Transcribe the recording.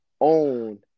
own